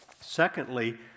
Secondly